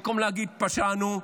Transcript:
במקום להגיד "פשענו",